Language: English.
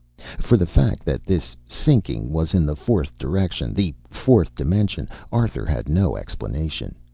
for the fact that this sinking was in the fourth direction the fourth dimension arthur had no explanation.